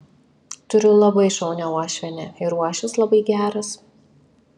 turiu labai šaunią uošvienę ir uošvis labai geras